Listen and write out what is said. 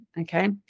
Okay